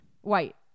White